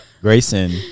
Grayson